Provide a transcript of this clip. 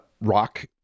rock